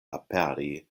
aperi